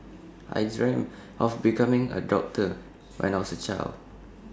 I dreamt of becoming A doctor when I was A child